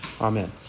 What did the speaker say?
Amen